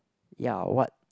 ya what